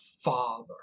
father